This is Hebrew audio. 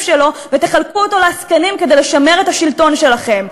שלו ותחלקו אותו לעסקנים כדי לשמר את השלטון שלכם.